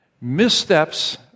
missteps